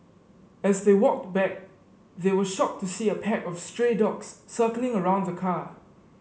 as they walked back they were shocked to see a pack of stray dogs circling around the car